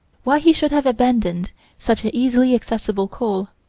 why he should have abandoned such easily accessible coal,